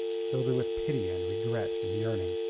filled her with pity and regret and yearning.